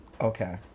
Okay